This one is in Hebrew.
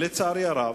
לצערי הרב,